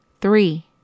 Three